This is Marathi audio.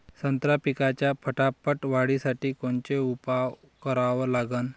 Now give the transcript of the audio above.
संत्रा पिकाच्या फटाफट वाढीसाठी कोनचे उपाव करा लागन?